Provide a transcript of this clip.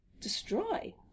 destroy